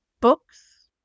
books